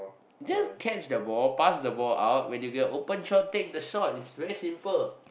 just catch the ball pass the ball out when you get a open shot take the shot it's very simple